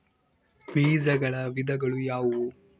ಬೇಜಗಳ ವಿಧಗಳು ಯಾವುವು?